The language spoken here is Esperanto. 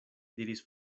diris